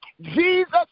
Jesus